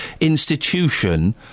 institution